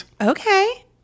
Okay